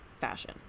fashion